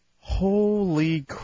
Holy